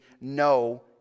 no